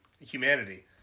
humanity